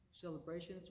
celebrations